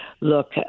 Look